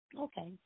Okay